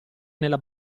nella